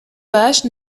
hache